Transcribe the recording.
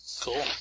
Cool